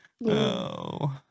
No